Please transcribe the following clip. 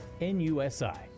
NUSI